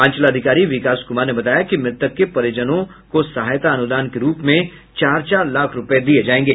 अंचलाधिकारी विकास कुमार ने बताया कि मृतक के परिजनों सहायता अनुदान के रूप में चार चार लाख रूपये दिये जाएंगे